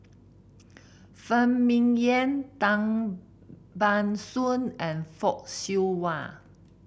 Phan Ming Yen Tan Ban Soon and Fock Siew Wah